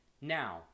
Now